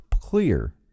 clear